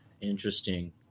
interesting